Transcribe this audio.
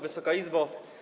Wysoka Izbo!